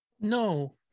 no